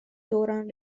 دوران